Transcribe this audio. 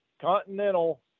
Continental